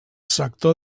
sector